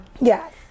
Yes